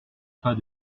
pas